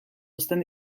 uzten